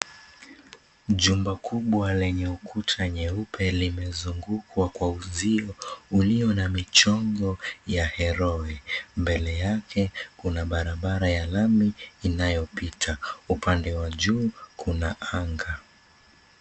Jumba kubwa lenye ukuta nyeupe limezungukwa kwa uzio ulio na m𝑖chongo 𝑦a heroe mbele yake kuna barabara ya lami inayo 𝑝𝑖𝑡𝑎, upande wa juu kuna anga.